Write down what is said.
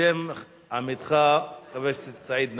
בשם עמיתך, חבר הכנסת סעיד נפאע.